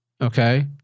Okay